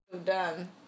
done